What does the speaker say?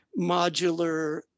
modular